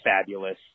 fabulous